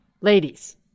Ladies